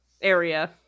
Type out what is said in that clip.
area